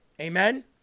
Amen